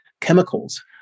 chemicals